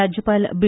राज्यपाल बी